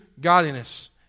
godliness